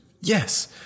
Yes